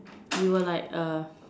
we were like err